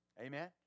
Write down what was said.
Amen